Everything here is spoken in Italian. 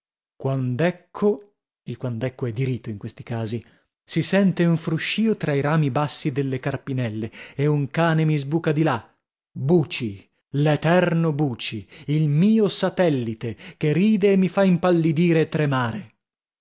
questi casi si sente un fruscio tra i rami bassi delle carpinelle e un cane mi sbuca di là buci l'eterno buci il mio satellite che ride e mi fa impallidire e tremare